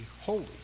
holy